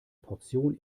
portion